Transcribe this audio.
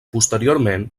posteriorment